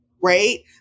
right